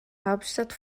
hauptstadt